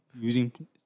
using